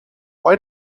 why